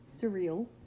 surreal